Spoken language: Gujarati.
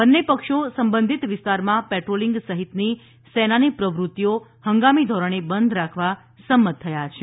બંને પક્ષો સંબંધિત વિસ્તારમાં પેટ્રોલિંગ સહિતની સેનાની પ્રવૃત્તિઓ હંગામી ધોરણે બંધ રાખવા સંમત થયા છે